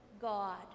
God